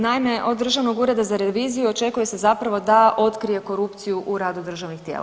Naime, od Državnog ureda za reviziju očekuje se zapravo da otkrije korupciju u radu državnih tijela.